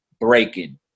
Breaking